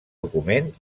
document